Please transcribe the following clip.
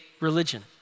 religion